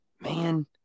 Man